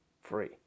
free